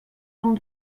bon